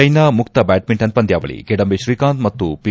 China ಮುಕ್ತ badminton ಪಂದ್ಲಾವಳಿ ಕಿಡಂಬಿ ಶ್ರೀಕಾಂತ್ ಮತ್ತು ಪಿ